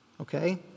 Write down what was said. Okay